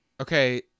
Okay